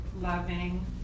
loving